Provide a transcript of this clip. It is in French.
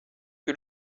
que